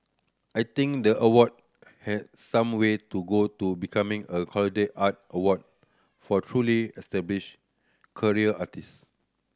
I think the award has some way to go to becoming a credible art award for truly established career artist